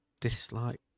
dislike